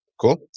Cool